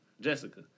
Jessica